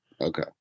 Okay